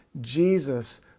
Jesus